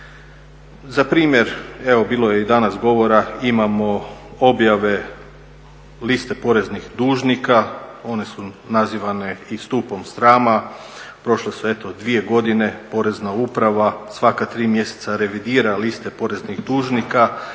Za primjer, evo bilo je i danas govora imamo objave liste poreznih dužnika, one su nazivane i stupom srama. Prošle su eto dvije godine, porezna uprava svaka tri mjeseca revidira liste poreznih dužnika,